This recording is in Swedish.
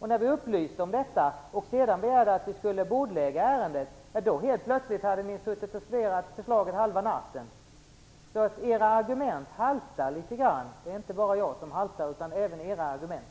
När vi upplyste om detta och sedan begärde att vi skulle bordlägga ärendet hade ni helt plötsligt suttit och studerat förslaget halva natten. Era argument haltar litet grand. Det är inte bara jag som haltar, utan även era argument.